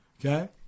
okay